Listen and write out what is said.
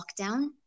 lockdown